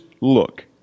look